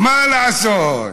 הוא אסטרטג.